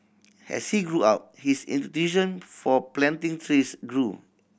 as he grew up his for planting trees grew